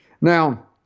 Now